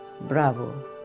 Bravo